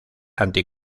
anti